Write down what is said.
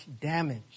damage